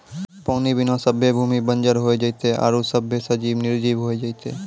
पानी बिना सभ्भे भूमि बंजर होय जेतै आरु सभ्भे सजिब निरजिब होय जेतै